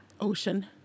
ocean